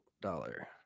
dollar